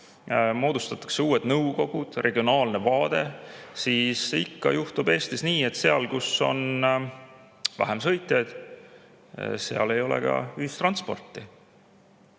moodustatakse uued nõukogud, regionaalne vaade, siis juhtub nii nagu Eestis ikka: seal, kus on vähem sõitjaid, ei ole ka ühistransporti.